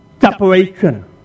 separation